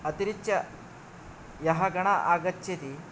अतिरिच्य यः गणः आगच्छति